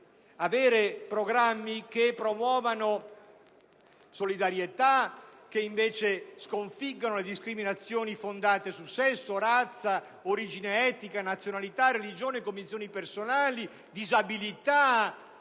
di programmi che promuovano la solidarietà e che sconfiggano discriminazioni fondate su sesso, razza, origine etnica, nazionalità, religione, convinzioni personali, disabilità,